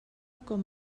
com